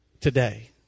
today